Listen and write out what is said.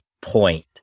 point